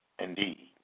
indeed